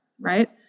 right